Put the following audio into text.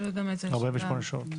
48 שעות.